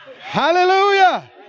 Hallelujah